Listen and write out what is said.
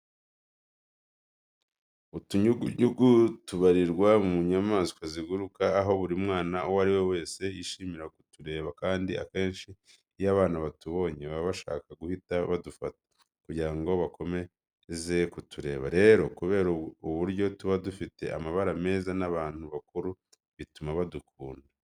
Utunyugunyugu tubarirwa mu nyamaswa z'ibiguruka, aho buri mwana uwo ari we wese yishimira kutureba kandi akenshi iyo abana batubonye baba bashaka guhita badufata kugira ngo bakomeze kutureba. Rero kubera uburyo tuba dufite amabara meza n'abantu bakuru bituma badukunda.